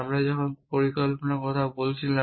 আমরা যখন পরিকল্পনার কথা বলছিলাম